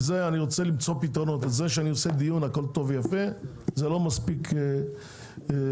אני רוצה למצוא פתרונות; זה לא מספיק רק לדון.